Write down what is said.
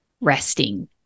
resting